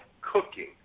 cooking